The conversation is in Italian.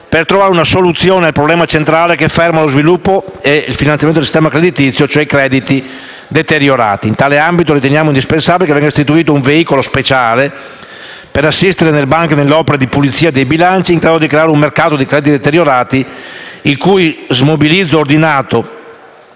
per trovare una soluzione al problema centrale che ferma lo sviluppo e il normale funzionamento del nostro sistema creditizio: i crediti deteriorati. In tale ambito, riteniamo indispensabile che venga istituito un veicolo speciale per assistere le banche nell'opera di pulizia dei bilanci, in grado di creare un mercato dei crediti deteriorati il cui smobilizzo ordinato,